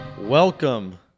Welcome